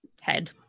head